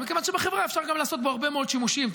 מכיוון שבחברה אפשר גם לעשות בו הרבה מאוד שימושים.